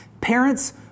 Parents